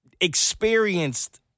experienced